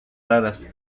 raras